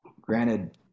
Granted